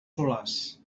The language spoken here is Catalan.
solars